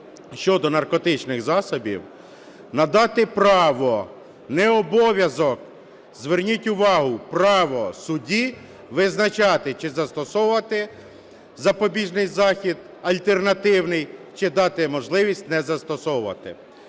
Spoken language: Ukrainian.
щодо наркотичних засобів, надати право, не обов'язок, зверніть увагу, право судді визначати, чи застосовувати запобіжний захід альтернативний, чи дати можливість не застосовувати.